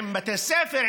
עם בתי ספר,